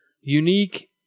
unique